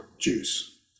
Jews